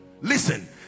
listen